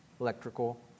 electrical